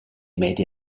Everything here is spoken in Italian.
media